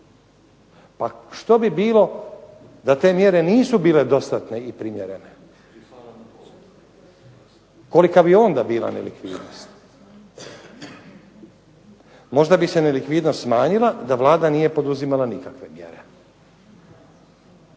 Pa što bi bilo da te mjere nisu bile dostatne i primjerene? Kolika bi onda bila nelikvidnost? Možda bi se nelikvidnost smanjila da Vlada nije poduzimala nikakve mjere,